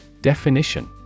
Definition